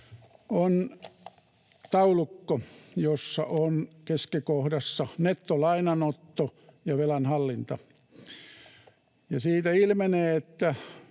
on taulukko, jossa on keskikohdassa nettolainanotto ja velanhallinta. Siitä ilmenee, että